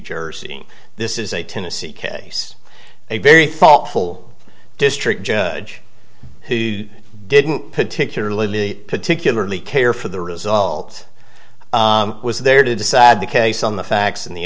jersey this is a tennessee case a very thoughtful district judge who didn't particularly particularly care for the result was there to decide the case on the facts in the